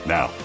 Now